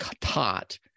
taught